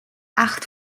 acht